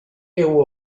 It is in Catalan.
heu